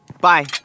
Bye